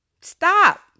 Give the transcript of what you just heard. Stop